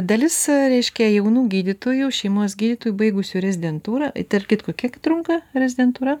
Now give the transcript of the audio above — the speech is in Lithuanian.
dalis reiškia jaunų gydytojų šeimos gydytojų baigusių rezidentūrą tarp kitko kiek trunka rezidentūra